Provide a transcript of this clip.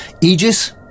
Aegis